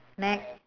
next